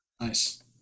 Nice